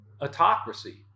autocracy